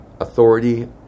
authority